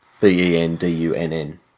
B-E-N-D-U-N-N